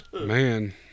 man